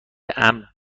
امن